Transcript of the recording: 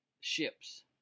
ships